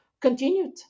continued